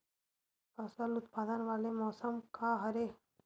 फसल उत्पादन वाले मौसम का हरे?